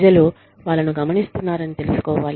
ప్రజలు వాళ్ళను గమనిస్తున్నారని తెలుసుకోవాలి